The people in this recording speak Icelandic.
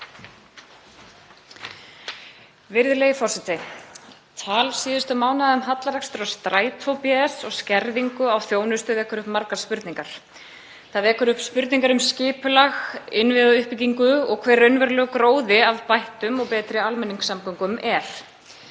Virðulegi forseti. Tal síðustu mánaða um hallarekstur á Strætó bs. og skerðingu á þjónustu vekur upp margar spurningar. Það vekur upp spurningar um skipulag, innviðauppbyggingu og hver raunverulegur gróði af bættum og betri almenningssamgöngum er.